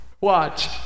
Watch